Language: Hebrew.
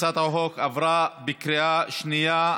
הצעת החוק עברה בקריאה שנייה.